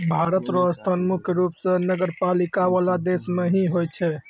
भारत र स्थान मुख्य रूप स नगरपालिका वाला देश मे ही होय छै